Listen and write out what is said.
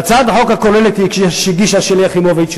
להצעת החוק הכוללת שהגישה שלי יחימוביץ,